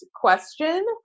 question